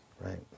right